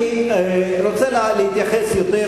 אני רוצה להתייחס יותר,